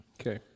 Okay